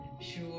sure